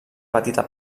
petita